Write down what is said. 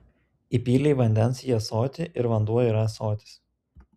įpylei vandens į ąsotį ir vanduo yra ąsotis